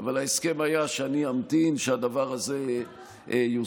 אבל ההסכם היה שאני אמתין שהדבר הזה יוסדר,